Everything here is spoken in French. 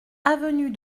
avenue